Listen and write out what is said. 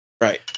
Right